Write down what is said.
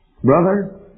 Brother